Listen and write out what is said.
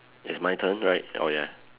it's my turn right oh yeah